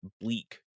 bleak